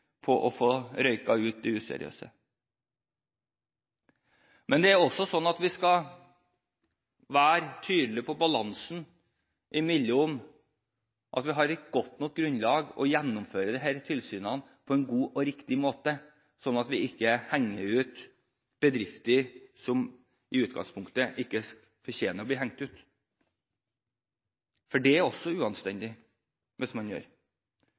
å få røyka ut de useriøse, men det skal også være en tydelig balanse. Vi må ha et godt nok grunnlag, og vi må gjennomføre disse tilsynene på en god og riktig måte sånn at vi ikke henger ut bedrifter som i utgangspunktet ikke fortjener å bli hengt ut. For hvis man gjør det, er også det uanstendig. Den balansegangen må man